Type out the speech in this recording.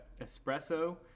espresso